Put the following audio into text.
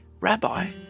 Rabbi